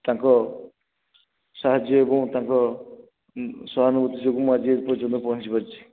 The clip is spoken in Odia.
ତାଙ୍କ ସାହାଯ୍ୟ ଏବଂ ତାଙ୍କ ସହାନଭୂତି ଯୋଗୁଁ ମୁଁ ଆଜି ଏପର୍ଯ୍ୟନ୍ତ ପହଞ୍ଚିପାରିଛି